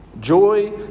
Joy